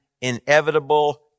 inevitable